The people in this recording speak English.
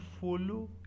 follow